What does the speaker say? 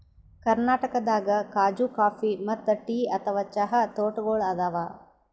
ಕರ್ನಾಟಕದಾಗ್ ಖಾಜೂ ಕಾಫಿ ಮತ್ತ್ ಟೀ ಅಥವಾ ಚಹಾ ತೋಟಗೋಳ್ ಅದಾವ